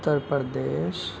Uttar Pradesh